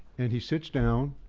and he sits down,